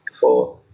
four